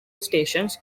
stations